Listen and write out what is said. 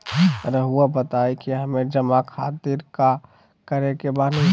रहुआ बताइं कि हमें जमा खातिर का करे के बानी?